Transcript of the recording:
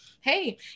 hey